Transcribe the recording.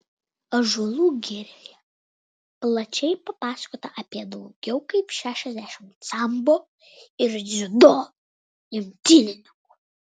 ąžuolų girioje plačiai papasakota apie daugiau kaip šešiasdešimt sambo ir dziudo imtynininkų